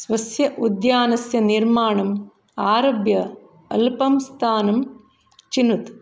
स्वस्य उद्यानस्य निर्माणम् आरभ्य अल्पं स्थानं चिनुत